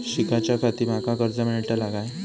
शिकाच्याखाती माका कर्ज मेलतळा काय?